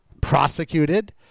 prosecuted